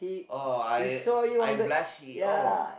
oh I I blushing oh